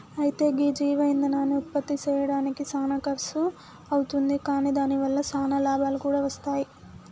అయితే గీ జీవ ఇందనాన్ని ఉత్పప్తి సెయ్యడానికి సానా ఖర్సు అవుతుంది కాని దాని వల్ల సానా లాభాలు కూడా వస్తాయి